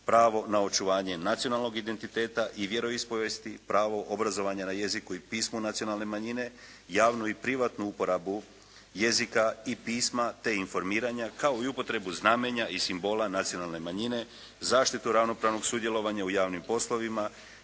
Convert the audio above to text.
Pravo na očuvanje nacionalnog identiteta i vjeroispovijesti, pravo obrazovanja na jeziku i pismu nacionalne manjine, javnu i privatnu uporabu jezika i pisma, te informiranja, kao i upotrebu znamenja i simbola nacionalne manjine, zaštitu ravnopravnog sudjelovanja u javnim poslovima,